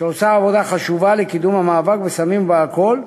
שעושה עבודה חשובה לקידום המאבק בסמים ובאלכוהול,